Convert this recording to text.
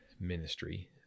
ministry